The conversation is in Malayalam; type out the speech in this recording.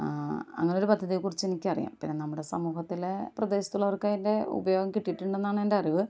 അങ്ങനെ ഒരു പദ്ധതിയെ കുറിച്ച് എനിക്കറിയാം പിന്നെ നമ്മുടെ സമൂഹത്തിലെ പ്രദേശത്തുള്ളവർക്ക് അതിൻ്റെ ഉപയോഗം കിട്ടിയിട്ടുണ്ടെന്നാണ് എൻ്റെ അറിവ്